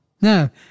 Now